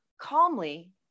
calmly